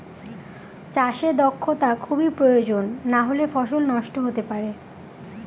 চাষে দক্ষটা খুবই প্রয়োজন নাহলে ফসল নষ্ট হতে পারে